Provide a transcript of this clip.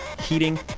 heating